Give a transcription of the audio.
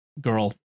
girl